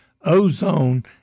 ozone